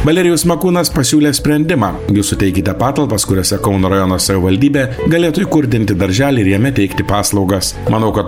valerijus makūnas pasiūlė sprendimą jūs suteikite patalpas kuriose kauno rajono savivaldybė galėtų įkurdinti darželį ir jame teikti paslaugas manau kad